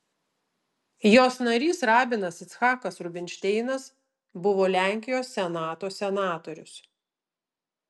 jos narys rabinas icchakas rubinšteinas buvo lenkijos senato senatorius